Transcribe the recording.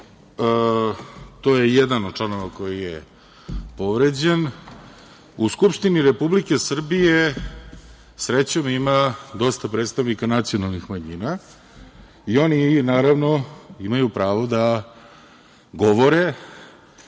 To je jedan od članova koji je povređen. U Skupštini republike Srbije srećom ima dosta predstavnika nacionalnih manjina i oni naravno imaju pravo da govore